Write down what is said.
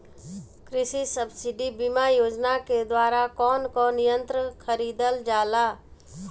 कृषि सब्सिडी बीमा योजना के द्वारा कौन कौन यंत्र खरीदल जाला?